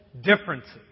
differences